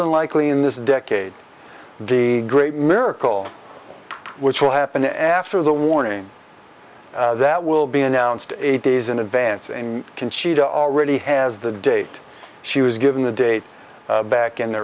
than likely in this decade the great miracle which will happen after the warning that will be announced eight days in advance and conchita already has the date she was given the date back in the